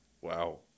Wow